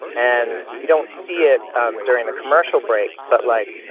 and you don't see it during the commercial breaks. but, like,